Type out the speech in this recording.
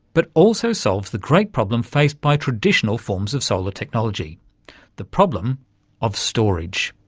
but also solves the great problem faced by traditional forms of solar technology the problem of storage.